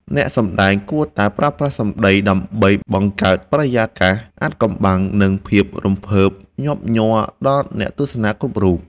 អ្នកសម្តែងគួរតែចេះប្រើប្រាស់សម្តីដើម្បីបង្កើតបរិយាកាសអាថ៌កំបាំង និង ភាពរំភើបញាប់ញ័រដល់អ្នកទស្សនាគ្រប់រូប។